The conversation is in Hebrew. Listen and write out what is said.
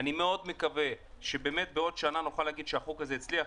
אני מאוד מקווה שבאמת בעוד שנה נוכל להגיד שהחוק הזה הצליח,